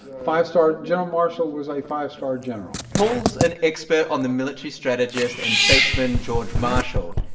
five-star general marshall was a five-star general paul's an expert on the military strategist and statesman george marshall.